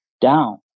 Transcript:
down